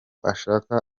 ashaka